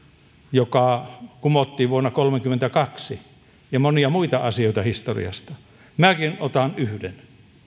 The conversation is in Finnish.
joka kumottiin vuonna kolmekymmentäkaksi ja monia muita asioita historiasta minäkin otan yhden